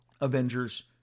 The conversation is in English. Avengers